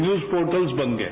news portals बन गए